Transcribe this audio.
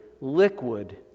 liquid